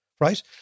right